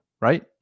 right